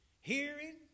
hearing